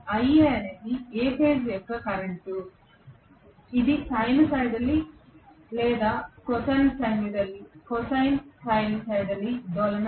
iA అనేది A phase current ఇది sinusoidally లేదా కాసినూసోయిడ్లీ డోలనం